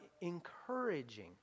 encouraging